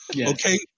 Okay